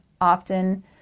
often